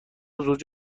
زوج